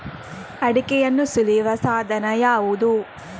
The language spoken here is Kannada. ಅಡಿಕೆಯನ್ನು ಸುಲಿಯುವ ಸಾಧನ ಯಾವುದು?